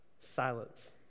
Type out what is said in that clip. silence